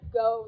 go